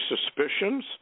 suspicions